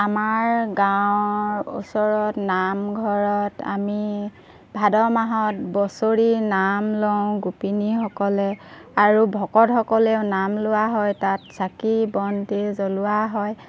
আমাৰ গাঁৱৰ ওচৰত নামঘৰত আমি ভাদ মাহত বছৰি নাম লওঁ গোপিনীসকলে আৰু ভকতসকলেও নাম লোৱা হয় তাত চাকি বন্তি জ্বলোৱা হয়